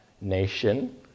nation